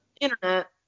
internet